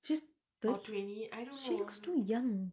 she's thirty she lookays too young